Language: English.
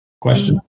Question